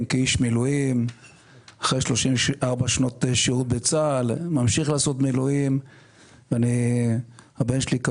כאיש מילואים אני יכול להגיד שזה טיפה בים.